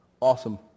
awesome